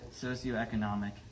socioeconomic